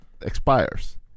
expires